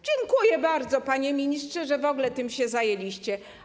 Dziękuję bardzo, panie ministrze, że w ogóle tym się zajęliście.